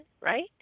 right